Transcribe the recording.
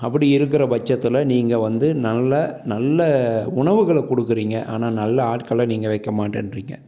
அப்படி இருக்கிற பட்சத்தில் நீங்கள் வந்து நல்ல நல்ல உணவுகளை கொடுக்கறீங்க ஆனால் நல்ல ஆட்களை நீங்கள் வைக்க மாட்டேன்றிங்க